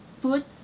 put